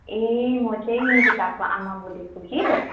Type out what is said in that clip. ए म चाहिँ निकिताको आमा बोलेको कि